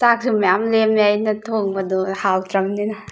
ꯆꯥꯛꯁꯨ ꯃꯌꯥꯝ ꯂꯦꯝꯃꯦ ꯑꯩꯅ ꯊꯣꯡꯕꯗꯣ ꯍꯥꯎꯇ꯭ꯔꯕꯅꯤꯅ